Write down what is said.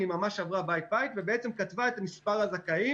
היא ממש עברה בית-בית ובעצם כתבה את מספר הזכאים.